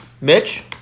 Mitch